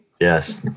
Yes